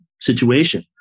situation